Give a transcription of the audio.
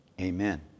amen